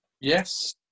Yes